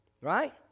Right